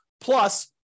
plus